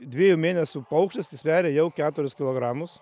dviejų mėnesių paukštis tai sveria jau keturis kilogramus